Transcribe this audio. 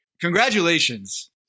Congratulations